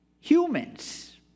Humans